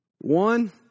one